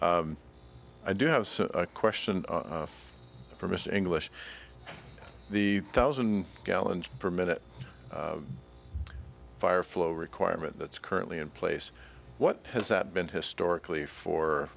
i do have a question for mr english the thousand gallons per minute fire flow requirement that's currently in place what has that been historically for